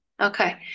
Okay